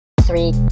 Three